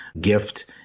gift